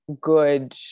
good